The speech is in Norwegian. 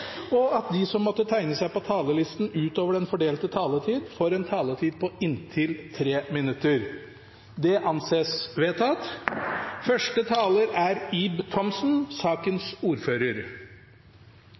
og at de som måtte tegne seg på talerlisten utover den fordelte taletid, får en taletid på inntil 3 minutter. – Det anses vedtatt.